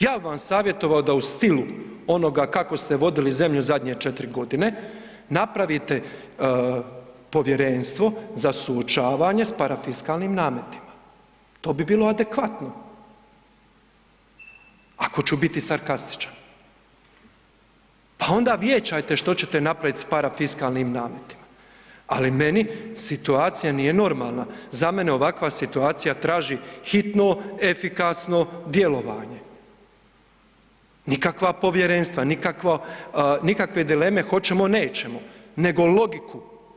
Ja bi vam savjetovao da u stilu onoga kako ste vodili zadnje četiri godine napravite povjerenstvo za suočavanje s parafiskalnim nametima, to bi bilo adekvatno ako ću biti sarkastičan pa onda vijećajte što ćete napraviti s parafiskalnim nametima, ali meni situacija nije normalna, za mene ovakva situacija traži hitno, efikasno djelovanje, nikakva povjerenstva, nikakve dileme hoćemo-nećemo nego logiku.